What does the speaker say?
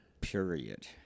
Period